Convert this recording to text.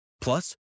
Plus